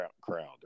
crowd